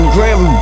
Grim